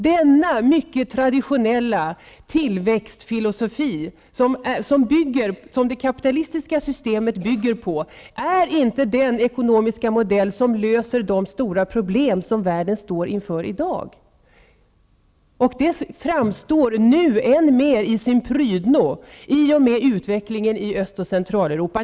Denna mycket traditionlla tillväxtfilosofi, som det kapitalistiska systemet bygger på, är inte den ekonomiska modell som löser de stora problem som världen står inför i dag. Det framstår nu än mer i sin prydno i och med utvecklingen i Öst och Centraleuropa.